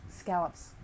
scallops